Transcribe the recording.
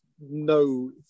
no